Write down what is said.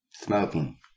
Smoking